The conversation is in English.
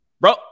Bro